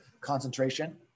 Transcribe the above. concentration